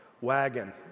wagon